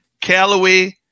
Callaway